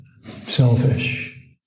selfish